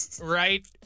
right